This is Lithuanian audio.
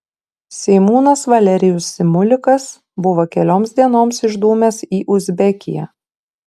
seimūnas valerijus simulikas buvo kelioms dienoms išdūmęs į uzbekiją